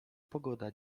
pogoda